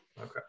Okay